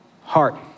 heart